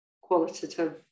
qualitative